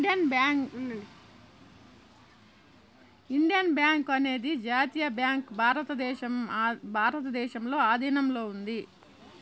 Indian bank అనేది జాతీయ bank భారతదేశంలో ఆధీనంలో ఉంది